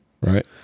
Right